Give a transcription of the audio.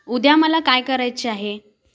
उद्या मला काय करायचे आहे